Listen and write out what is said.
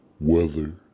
Weather